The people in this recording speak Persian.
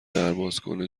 دربازکن